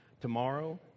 tomorrow